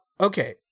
okay